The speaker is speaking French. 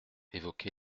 évoqué